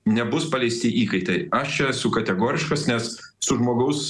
nebus paleisti įkaitai aš čia esu kategoriškas nes su žmogaus